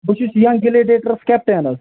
بہٕ چھُس young gladiators captain حظ